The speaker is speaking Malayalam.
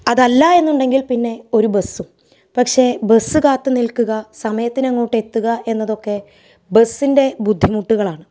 അതല്ല എന്നുണ്ടെങ്കിൽ പിന്നെ ഒരു ബസ്സും പക്ഷേ ബസ് കാത്ത് നിൽക്കുക സമയത്തിനങ്ങോട്ട് എത്തുക എന്നതൊക്കെ ബസ്സിൻ്റെ ബുദ്ധിമുട്ടുകളാണ്